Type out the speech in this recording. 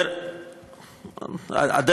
חשבו.